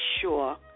sure